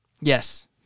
Yes